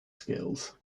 skills